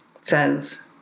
says